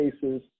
cases